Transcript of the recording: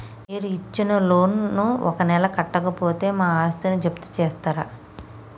మీరు ఇచ్చిన లోన్ ను ఒక నెల కట్టకపోతే మా ఆస్తిని జప్తు చేస్తరా?